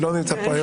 שלא נמצא פה היום.